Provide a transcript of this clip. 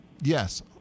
Yes